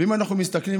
ואם אנחנו מסתכלים,